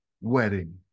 wedding